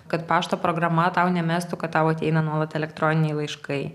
kad pašto programa tau nemestų kad tau ateina nuolat elektroniniai laiškai